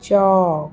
चौक